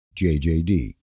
JJD